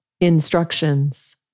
Instructions